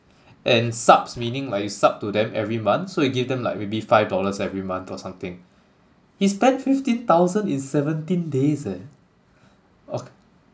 and subs meaning like you sub to them every month so you give them like maybe five dollars every month or something he spent fifteen thousand in seventeen days eh oh